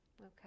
Okay